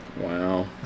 Wow